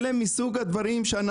אנחנו גם